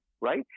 Right